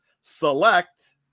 select